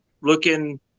looking